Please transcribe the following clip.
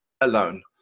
alone